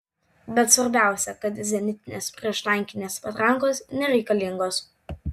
bet svarbiausia kad zenitinės prieštankinės patrankos nereikalingos